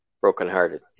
brokenhearted